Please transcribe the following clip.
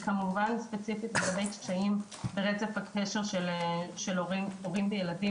וכמובן ספציפית לזהות קשיים ברצף הקשר של הורים וילדים.